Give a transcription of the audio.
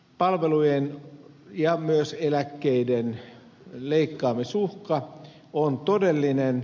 palvelujen ja myös eläkkeiden leikkaamisuhka on todellinen